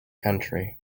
county